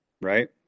right